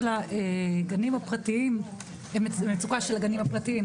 הגנים הפרטיים היא מצוקה של הגנים הפרטיים.